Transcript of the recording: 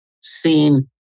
seen